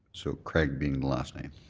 so craig being the last name.